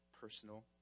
Personal